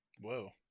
whoa